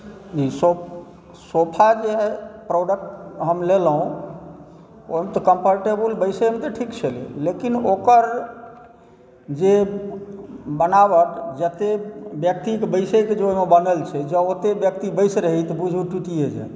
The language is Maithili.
सोफा जे हम प्रोडक्ट लेलहुँ ओहिमे तऽ कम्फर्टेबल बैसैमे तऽ ठीक छै लेकिन ओकर जे बनावट जतेक व्यक्तिके बैसैके बनल छै जँ ओते व्यक्ति बसि रहै तऽ बुझू टुटिये जेतै